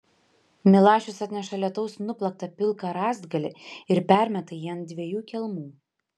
milašius atneša lietaus nuplaktą pilką rąstgalį ir permeta jį ant dviejų kelmų